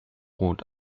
rot